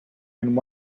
and